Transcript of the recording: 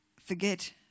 forget